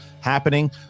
happening